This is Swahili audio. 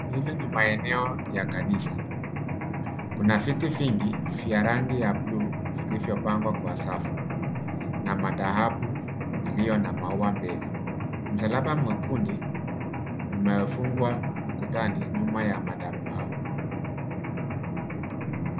Hili ni maeneo ya kanisa, kuna viti vingi vya rangi ya buluu vilivyopangwa kwa safu na madhahabu iliyo na maua mbele. Msalaba mwekundu umefungwa ukutani, nyuma ya madhabahu.